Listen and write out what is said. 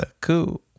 Cool